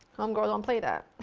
home girl don't play that.